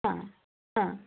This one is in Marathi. हां हां